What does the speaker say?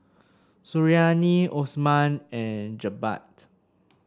Suriani Osman and Jebat